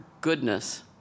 goodness